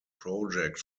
project